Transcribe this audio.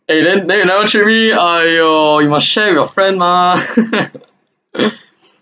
eh then then you never treat me !aiyo! you must share with your friend mah